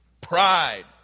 pride